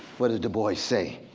what does du bois say?